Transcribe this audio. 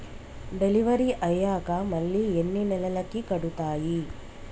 Delivery అయ్యాక మళ్ళీ ఎన్ని నెలలకి కడుతాయి?